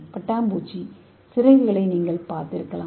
பட்டாம்பூச்சி சிறகுகளை நீங்கள் பார்த்திருக்கலாம்